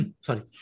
Sorry